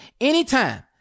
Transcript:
anytime